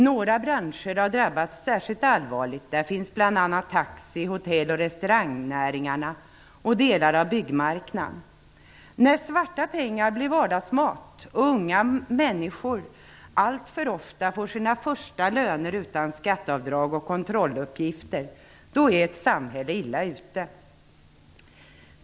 Några branscher har drabbats särskilt allvarligt, t.ex. taxi-, hotell och restaurangnäringarna samt delar av byggmarknaden. När svarta pengar blir vardagsmat och unga människor alltför ofta får sina första löner utan skatteavdrag och kontrolluppgifter är ett samhälle illa ute.